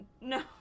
no